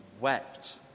wept